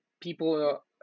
people